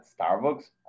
Starbucks